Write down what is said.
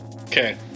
okay